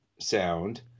sound